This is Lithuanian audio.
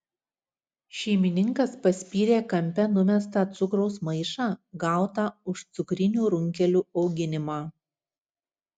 šeimininkas paspyrė kampe numestą cukraus maišą gautą už cukrinių runkelių auginimą